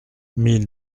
mille